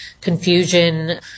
confusion